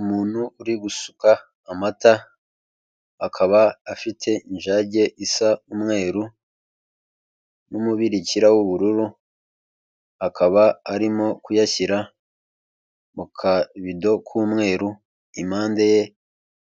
Umuntu uri gusuka amata akaba afite ijage isa umweru n'umubikira w'ubururu, akaba arimo kuyashyira mu kabido k'umweru impande ye